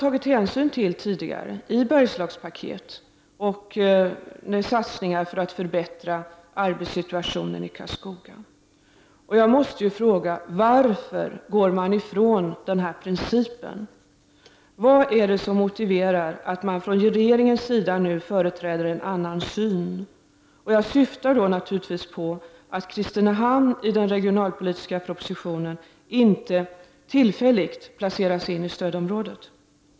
Detta har man ti digare tagit hänsyn till i Bergslagspaketet och med satsningar för att förbättra arbetssituationen i Karlskoga. Varför går man ifrån den här principen? Vad är det som motiverar att regeringen nu företräder en annan syn? Jag syftar naturligtvis på att Kristinehamn i den regionalpolitiska propositionen inte tillfälligt placeras i stödområdet.